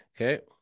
okay